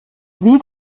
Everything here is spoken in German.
wie